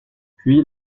puis